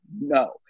No